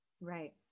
right